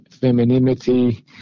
femininity